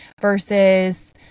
versus